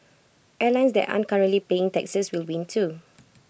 airlines that aren't currently paying taxes will win too